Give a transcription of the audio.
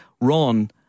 Ron